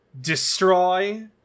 destroy